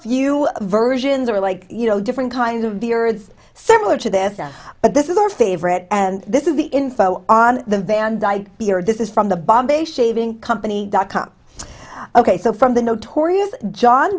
few versions are like you know different kinds of beer is similar to this but this is our favorite and this is the info on the vandyke beard this is from the bombay shaving company dot com ok so from the notorious john